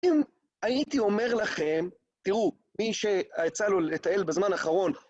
אם הייתי אומר לכם, תראו, מי שיצא לו לטיל בזמן האחרון...